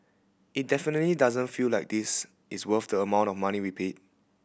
it definitely doesn't feel like this is worth the amount of money we paid